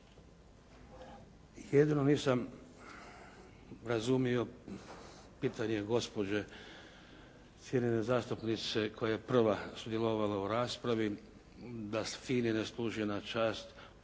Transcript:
Jedino nisam razumio pitanje gospođe cijenjene zastupnice koja je prva sudjelovala u raspravi, da FINA-i ne služi na čast njezina